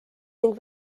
ning